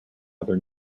other